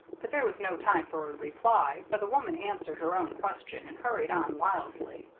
but there was no time for a reply, for the woman answered her own question, and hurried on wildly.